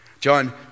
John